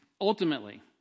ultimately